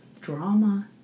drama